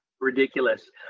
ridiculous